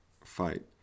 fight